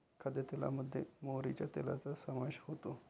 खाद्यतेलामध्ये मोहरीच्या तेलाचा समावेश होतो